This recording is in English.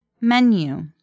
Menu